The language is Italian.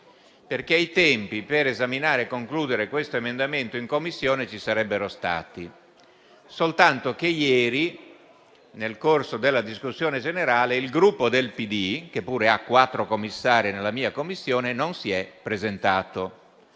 perché i tempi per esaminare e concludere questo provvedimento in Commissione ci sarebbero stati, soltanto che ieri nel corso della discussione generale il Gruppo PD, che pure ha quattro rappresentanti in 1a Commissione, non si è presentato.